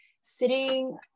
sitting